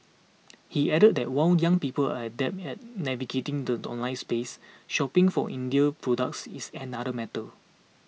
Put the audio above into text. he added that while young people are adept at navigating the online space shopping for Indian products is another matter